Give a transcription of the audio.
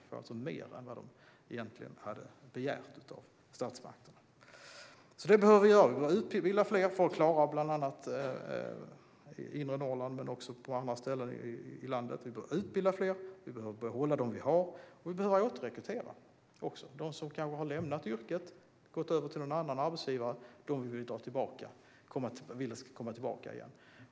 De får alltså mer än vad de hade begärt av statsmakten. Detta behöver vi göra. För att klara bland annat inre Norrland men också andra ställen i landet behöver vi utbilda fler, behålla dem vi har men också återrekrytera dem som kanske har lämnat yrket och gått över till en annan arbetsgivare. Dem vill vi ha tillbaka.